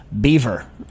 beaver